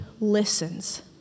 listens